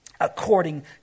according